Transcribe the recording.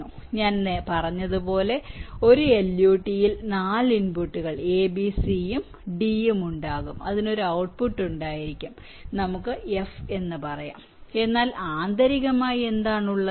അതിനാൽ ഞാൻ പറഞ്ഞതുപോലെ ഒരു LUT ൽ 4 ഇൻപുട്ടുകൾ A B C യും D ഉം ഉണ്ടാകും അതിന് ഒരു ഔട്ട്പുട്ട് ഉണ്ടായിരിക്കും നമുക്ക് F എന്ന് പറയാം എന്നാൽ ആന്തരികമായി എന്താണ് ഉള്ളത്